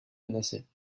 menacées